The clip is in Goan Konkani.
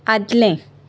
आदलें